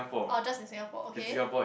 orh just in Singapore okay